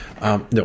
No